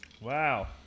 Wow